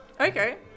Okay